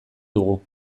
dugu